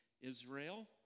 Israel